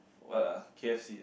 what ah k_f_c ah